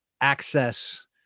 access